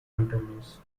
controllers